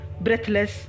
breathless